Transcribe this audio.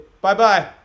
Bye-bye